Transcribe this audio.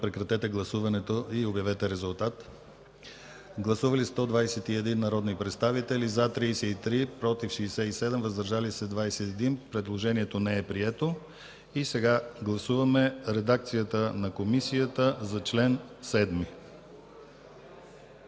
Моля, гласувайте. Гласували 121 народни представители: за 33, против 67, въздържали се 21. Предложението не е прието. Сега гласуваме редакцията на Комисията за чл. 7.